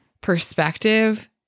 perspective